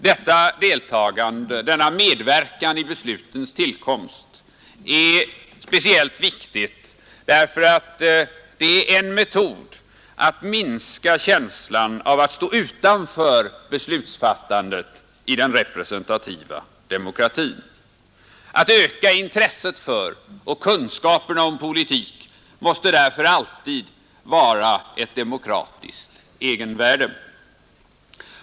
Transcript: Detta deltagande, denna medverkan i beslutens tillkomst, är speciellt viktigt därför att det är en metod att minska känslan av att stå utanför beslutsfattandet i den representativa demokratin. Att öka intresset för och kunskaperna om politik måste därför alltid vara ett demokratiskt egenvärde.